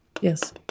Yes